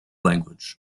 language